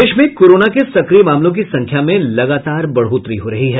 प्रदेश में कोरोना के सक्रिय मामलों की संख्या में लगातार बढ़ोतरी हो रही है